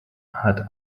hat